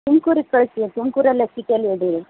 ತುಮ್ಕೂರಿಗೆ ಕಳಿಸಿ ತುಮಕೂರಲ್ಲೇ ಸಿಟಿಯಲ್ಲಿ ಇದ್ದೀವಿ